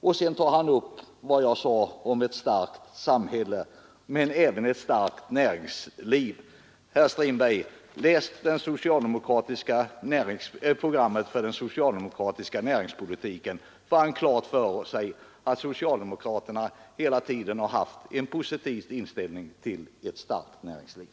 Herr Strindberg tar upp vad jag sade om ett starkt samhälle men även ett starkt näringsliv. Läs programmet för den socialdemokratiska näringspolitiken, herr Strindberg! Då kan man få klart för sig att socialdemokraterna hela tiden har haft en positiv inställning till ett starkt näringsliv.